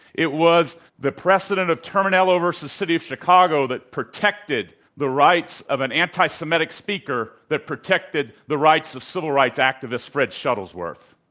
it was the precedent of terminelo versus city of chicago that protected the rights of an anti-semitic speaker that protected the rights of civil rights activist fred shuttlesworth.